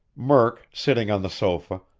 murk, sitting on the sofa,